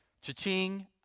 cha-ching